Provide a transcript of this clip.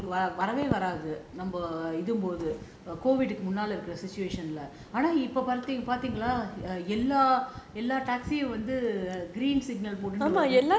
முன்னால எல்லாம் வந்து வரவே வராது நம்ம இது போது ஆனா இப்ப பாத்தீங்களா எல்லா:munnaala ellaam vanthu varavae varaathu namma ithu pothu aana ippa paathinganaa ella taxi வந்து:vanthu